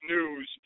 News